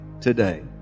today